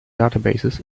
databases